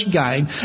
game